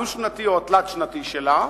הדו-שנתי או התלת-שנתי שלה.